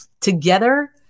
together